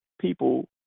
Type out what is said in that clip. people